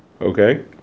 Okay